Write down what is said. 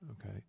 okay